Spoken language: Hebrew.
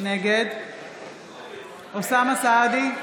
נגד אוסאמה סעדי,